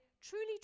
Truly